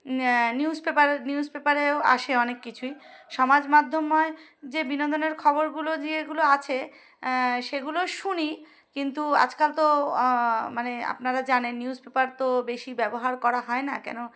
news পেপারে news পেপারেও আসে অনেক কিছুই সমাজ মাধ্যময় যে বিনোদনের খবরগুলো যে এগুলো আছে সেগুলো শুনি কিন্তু আজকাল তো মানে আপনারা জানেন নিউজ পেপার তো বেশি ব্যবহার করা হয় না কেন